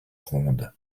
ronde